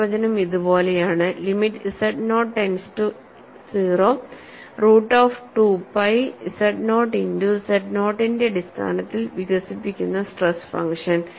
നിർവചനം ഇതുപോലെയാണ് limit z nought tends to 0 root of 2 pi z nought into z നോട്ടിന്റെ അടിസ്ഥാനത്തിൽ പ്രകടിപ്പിക്കുന്ന സ്ട്രെസ് ഫംഗ്ഷൻ